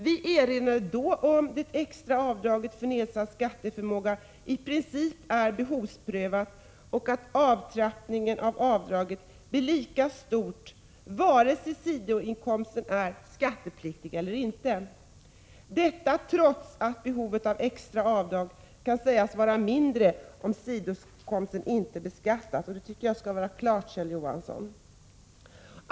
Vi erinrade då om att det extra avdraget för nedsatt skatteförmåga i princip är behovsprövat och att avtrappningen av avdraget blir lika stor vare sig sidoinkomsten är skattepliktig eller inte — trots att behovet av extra avdrag kan sägas vara mindre om sidoinkomsten inte beskattas. Det tycker jag skall vara klart, Kjell Johansson.